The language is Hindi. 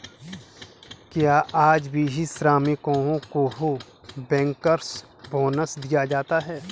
क्या आज भी श्रमिकों को बैंकर्स बोनस दिया जाता है?